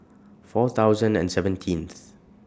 four thousand and seventeenth